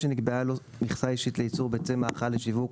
שנקבעה לו מכסה אישית לייצור ביצי מאכל לשיווק